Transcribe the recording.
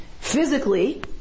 physically